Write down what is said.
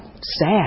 sad